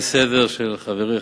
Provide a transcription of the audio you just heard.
הצעה לסדר-היום של חברי,